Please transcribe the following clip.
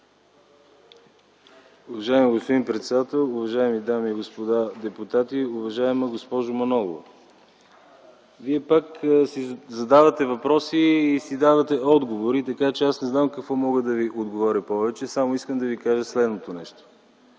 Уважаеми господин председател, уважаеми дами и господа депутати! Уважаема госпожо Манолова, Вие пак си задавате въпроси и си давате отговори, така че аз не знам какво да Ви отговоря повече. Само ще Ви кажа, че тези